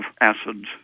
acids